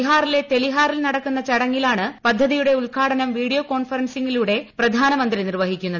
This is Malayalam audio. ബിഹാറിലെ തെലിഹാറിൽ നടക്കുന്ന ചടങ്ങിലാണ് പദ്ധതിയുടെ ഉദ്ഘാടനം വീഡിയോ കോൺഫറൻസിംഗിലൂടെ പ്രധാനമന്ത്രി നിർവ്വഹിക്കുന്നത്